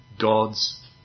God's